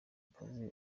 akazi